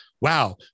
wow